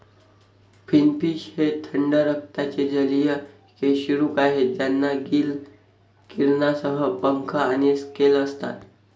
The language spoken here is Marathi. फिनफिश हे थंड रक्ताचे जलीय कशेरुक आहेत ज्यांना गिल किरणांसह पंख आणि स्केल असतात